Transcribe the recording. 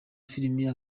filime